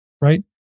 right